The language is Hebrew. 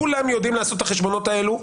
כולם יודעים לעשות את החשבונות האלו.